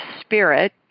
spirit